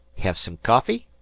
hev some coffee?